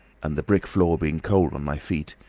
and the brick floor being cold on my feet,